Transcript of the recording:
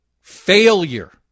failure